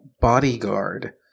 bodyguard